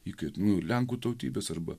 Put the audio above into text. įkaitų lenkų tautybės arba